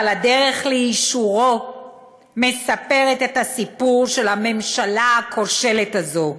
אבל הדרך לאישורו מספרת את הסיפור של הממשלה הכושלת הזו: